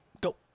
Go